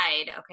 okay